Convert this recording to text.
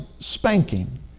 spanking